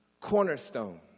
cornerstone